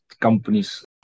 companies